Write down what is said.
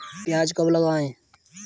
प्याज कब लगाएँ?